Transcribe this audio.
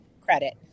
credit